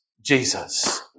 Jesus